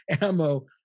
ammo